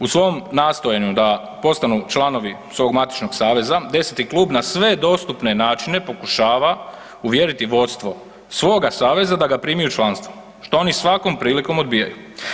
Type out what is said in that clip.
U svom nastojanju da postanu članovi svog matičnog saveza 10. klub na sve dostupne načine pokušava uvjeriti vodstvo svoga saveza da ga primi u članstvo, što oni svakom prilikom odbijaju.